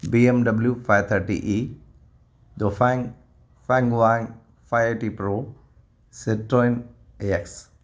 B M W five thirty E दोफाइन फाइनगुआंग fire T pro Citroen A x